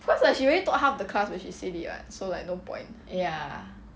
cause like she already told half the class when she said it [what] so like no point